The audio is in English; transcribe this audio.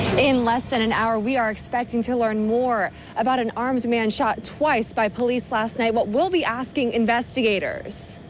in less than an hour, we are expecting to learn more about an armed man shot twice by police last night, but will we'll be asking investigators.